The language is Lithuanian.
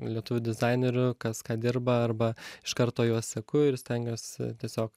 lietuvių dizainerių kas ką dirba arba iš karto juos seku ir stengiuos tiesiog